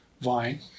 vine